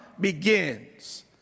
begins